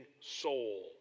soul